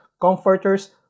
comforters